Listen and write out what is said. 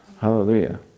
hallelujah